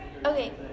okay